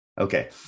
Okay